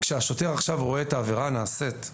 כשהשוטר רואה את העבירה נעשית,